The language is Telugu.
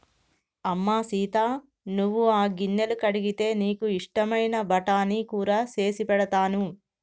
అమ్మ సీత నువ్వు ఆ గిన్నెలు కడిగితే నీకు ఇష్టమైన బఠానీ కూర సేసి పెడతాను